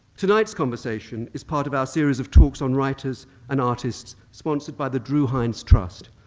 tonight's conversation is part of our series of talks on writers and artists sponsored by the drue heinz trust.